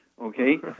Okay